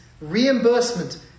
reimbursement